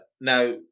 Now